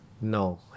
No